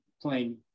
playing